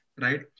right